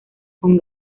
con